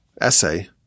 essay